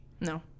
No